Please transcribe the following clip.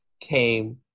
came